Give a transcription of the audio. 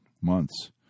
months